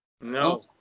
No